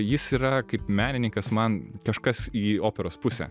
jis yra kaip menininkas man kažkas į operos pusę